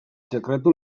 sekretu